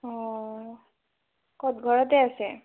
অ' ক'ত ঘৰতে আছে